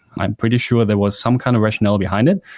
i'm pretty sure there was some kind of rationale behind it,